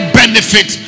benefit